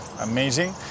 amazing